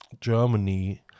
Germany